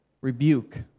rebuke